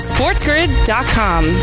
SportsGrid.com